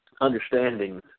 understandings